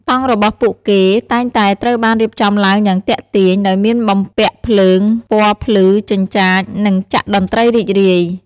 តង់លក់របស់ពួកគេតែងតែត្រូវបានរៀបចំឡើងយ៉ាងទាក់ទាញ ដោយមានបំពាក់ភ្លើងពណ៌ភ្លឺចិញ្ចាច និងចាក់តន្ត្រីរីករាយ។